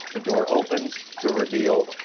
the door opens to reveal,